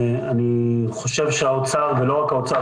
אני חושב שהאוצר ולא רק האוצר,